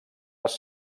les